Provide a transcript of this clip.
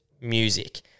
music